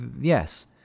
yes